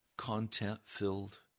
content-filled